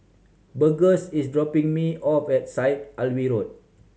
Burgess is dropping me off at Syed Alwi Road